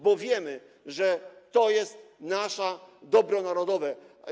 Bo wiemy, że to jest nasze dobro narodowe.